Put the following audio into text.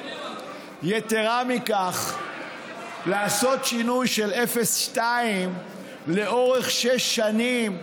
יתרה מכך, לעשות שינוי של 0.2% לאורך שש שנים,